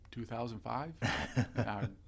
2005